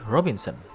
Robinson